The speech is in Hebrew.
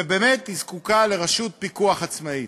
ובאמת היא זקוקה לרשות פיקוח עצמאית.